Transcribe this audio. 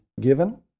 given